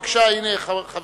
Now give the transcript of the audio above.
בבקשה, חברים.